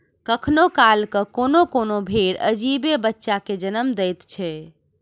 कखनो काल क कोनो कोनो भेंड़ अजीबे बच्चा के जन्म दैत छै